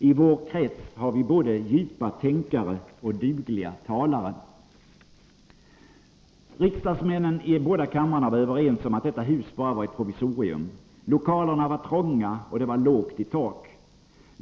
I vår krets har vi både djupa tänkare och dugliga talare.” Riksdagsmännen i båda kamrarna var överens om att detta hus bara var ett provisorium. Lokalerna var trånga, och det var lågt i tak.